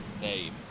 name